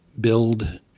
build